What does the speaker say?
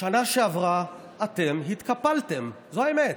בשנה שעברה אתם התקפלתם, זו האמת.